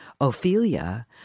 Ophelia